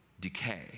decay